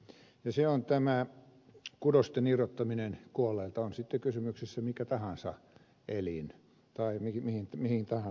se on tämä kudosten irrottaminen kuolleelta on sitten kysymyksessä mikä tahansa elin tai mihin tahansa käyttöön